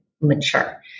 mature